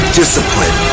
discipline